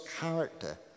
character